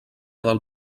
del